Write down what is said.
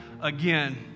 again